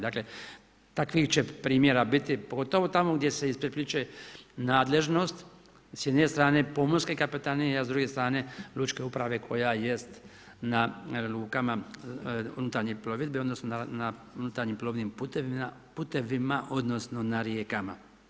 Dakle, takvih će primjera biti, pogotovo tamo gdje se isprepleće nadležnost, s jedne strane, pomorske kapetanije, a s druge strane lučke uprave, koja jest na lukama unutarnje plovidbe, odnosno, na unutarnjim plovnim putevima, odnosno, na rijekama.